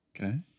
Okay